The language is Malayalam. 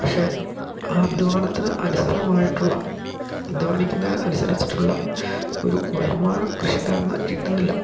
പക്ഷെ ആ അദ്ധ്വാനത്തിന് അനുസൃതമായിട്ടുള്ള അധ്വാനിക്കുന്നതിന് അനുസരിച്ചിട്ടുള്ള ഒരു വരുമാനം കൃഷിക്കാരന് കിട്ടുന്നില്ല